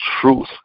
truth